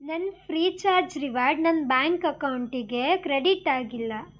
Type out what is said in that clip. ನನ್ನ Freecharge reward ನನ್ನ bank ಅಕೌಂಟಿಗೆ ಕ್ರೆಡಿಟ್ ಆಗಿಲ್ಲ